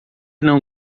não